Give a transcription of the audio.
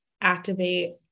activate